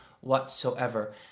whatsoever